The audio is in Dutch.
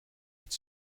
het